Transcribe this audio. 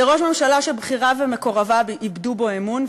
זה ראש ממשלה שבכיריו ומקורביו איבדו בו אמון,